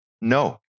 No